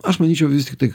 aš manyčiau vis tiktai